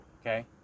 okay